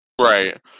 Right